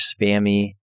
spammy